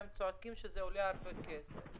והם צועקים שזה עולה הרבה כסף,